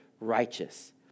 righteous